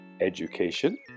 education